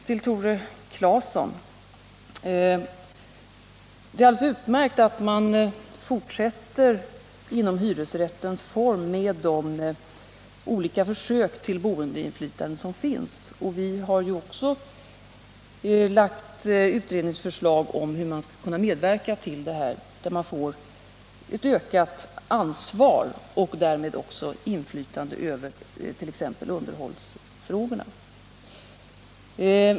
Till Tore Claeson vill jag säga att det är alldeles utmärkt att man i hyresrättens form fortsätter med de olika försök till boendeinflytande som redan finns. Vi har också lagt fram utredningsförslag om hur man skall kunna medverka till ett ökat ansvar och därmed också till ett ökat inflytande över t.ex. underhållsfrågorna.